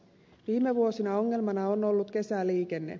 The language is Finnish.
viime vuosina ongelmana on ollut kesäliikenne